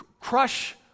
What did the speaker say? crush